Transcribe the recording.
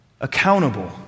accountable